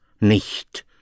nicht